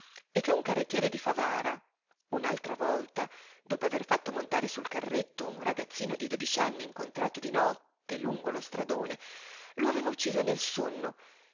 e che un carrettiere di favara un'altra volta dopo aver fatto montare sul carretto un ragazzino di dodici anni incontrato di notte lungo lo stradone lo aveva ucciso nel sonno